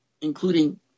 including